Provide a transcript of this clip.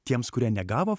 tiems kurie negavo